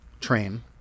Train